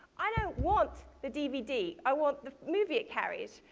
i don't want the dvd i want the movie it carries.